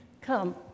come